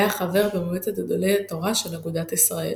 היה חבר במועצת גדולי התורה של אגודת ישראל.